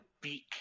beak